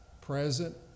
present